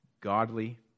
godly